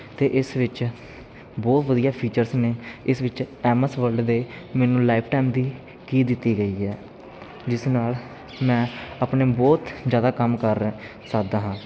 ਅਤੇ ਇਸ ਵਿੱਚ ਬਹੁਤ ਵਧੀਆ ਫੀਚਰਸ ਨੇ ਇਸ ਵਿੱਚ ਐੱਮ ਐੱਸ ਵਰਡ ਦੇ ਮੈਨੂੰ ਲਾਈਫ ਟਾਈਮ ਦੀ ਕੀ ਦਿੱਤੀ ਗਈ ਹੈ ਜਿਸ ਨਾਲ ਮੈਂ ਆਪਣੇ ਬਹੁਤ ਜ਼ਿਆਦਾ ਕੰਮ ਕਰ ਰਿਹਾ ਸਕਦਾ ਹਾਂ